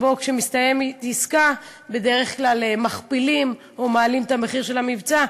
כשמסתיימת עסקה בדרך כלל מכפילים או מעלים את המחיר של המבצע,